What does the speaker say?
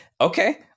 Okay